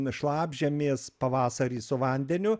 šlapžemės pavasarį su vandeniu